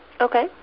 Okay